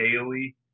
daily